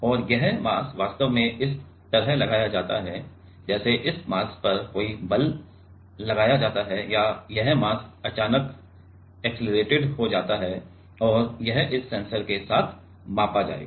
और यह मास वास्तव में इस तरह लगाया जाता है जैसे इस मास पर कोई बल लगाया जाता है या यह मास अचानक ऑक्सेलेरेटेड हो जाता है और यह इस सेंसर के साथ मापा जाएगा